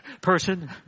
person